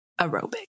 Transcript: aerobic